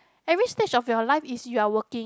every stage of your life is you are working